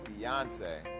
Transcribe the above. Beyonce